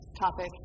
topic